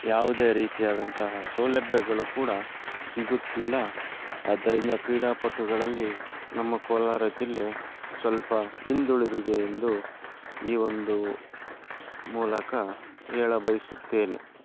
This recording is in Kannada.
ಯಾವುದೇ ರೀತಿಯಾದಂತಹ ಸೌಲಭ್ಯಗಳು ಕೂಡ ಸಿಗುತ್ತಿಲ್ಲ ಆದ್ದರಿಂದ ಕ್ರೀಡಾಪಟುಗಳಲ್ಲಿ ನಮ್ಮ ಕೋಲಾರ ಜಿಲ್ಲೆ ಸ್ವಲ್ಪ ಹಿಂದುಳಿದಿದೆ ಎಂದು ಈ ಒಂದು ಮೂಲಕ ಹೇಳ ಬಯಸುತ್ತೇನೆ